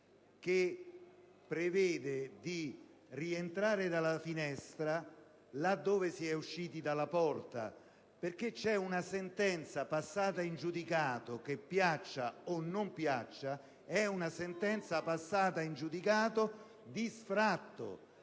che fa rientrare dalla finestra ciò che è uscito dalla porta. Vi è una sentenza passata in giudicato, che, piaccia o non piaccia, è una sentenza passata in giudicato di sfratto.